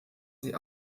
sie